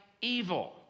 evil